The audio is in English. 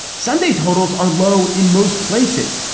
sunday totals are low in most places.